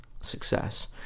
success